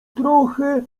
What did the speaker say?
trochę